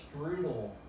strudel